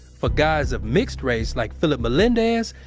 for guys of mixed race like philip melendez,